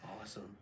awesome